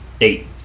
Eight